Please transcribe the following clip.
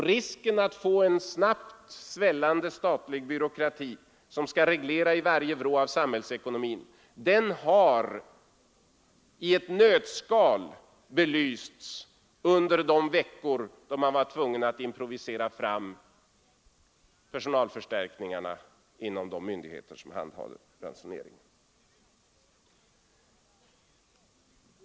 Risken att få en snabbt svällande statlig byråkrati som skall reglera i varje vrå av samhällsekonomin har i ett nötskal belysts under de veckor då man varit tvungen att improvisera fram personalförstärkningar inom de myndigheter som handhar ransoneringen.